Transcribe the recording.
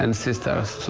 and sisters